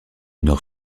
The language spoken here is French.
nord